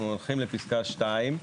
אנחנו הולכים לפסקה (2),